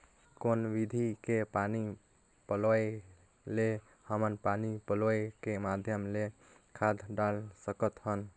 कौन विधि के पानी पलोय ले हमन पानी पलोय के माध्यम ले खाद डाल सकत हन?